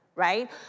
right